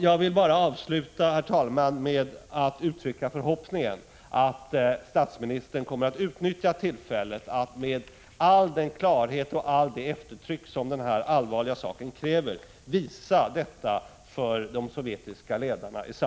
Jag vill avsluta, herr talman, med att uttrycka förhoppningen att statsministern i samband med sitt besök i Sovjetunionen kommer att utnyttja tillfället att med all den klarhet och det eftertryck som denna allvarliga sak kräver visa detta för de sovjetiska ledarna.